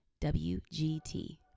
WGT